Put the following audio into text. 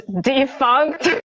defunct